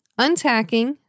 untacking